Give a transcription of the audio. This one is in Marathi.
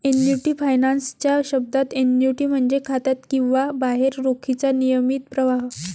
एन्युटी फायनान्स च्या शब्दात, एन्युटी म्हणजे खात्यात किंवा बाहेर रोखीचा नियमित प्रवाह